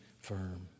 firm